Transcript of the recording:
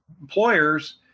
employers